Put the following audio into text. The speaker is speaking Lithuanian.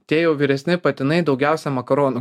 tie jau vyresni patinai daugiausia makaronų